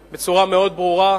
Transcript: חדה,